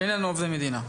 שאינם עובדי מדינה.